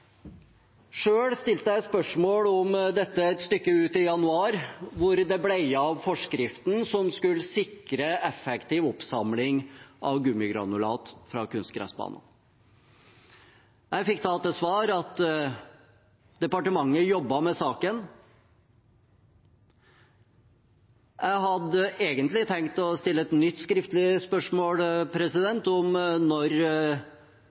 stilte jeg et stykke ut i januar spørsmål om hvor det ble av forskriften som skulle sikre en effektiv oppsamling av gummigranulat fra kunstgressbaner. Jeg fikk da til svar at departementet jobbet med saken. Jeg hadde egentlig tenkt å stille et nytt skriftlig spørsmål om når